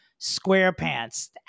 SquarePants